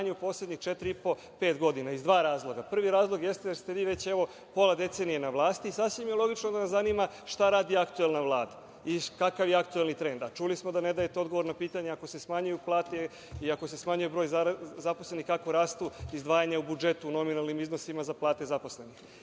po, pet godina iz dva razloga. Prvi razlog jeste da ste već pola decenije na vlasti i sasvim je logično da nas zanima šta radi aktuelna Vlada i kakav je aktuelni trend, a čuli smo da ne dajete odgovore na pitanju ako se smanjuju plate i ako se smanjuje broj zaposlenih, kako rastu izdvajanja u budžetu u nominalnim iznosima za plate zaposlenih? Druga